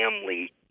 family